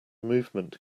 movement